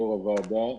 יושב-ראש הוועדה,